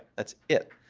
that's it.